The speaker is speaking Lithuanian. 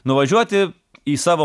nuvažiuoti į savo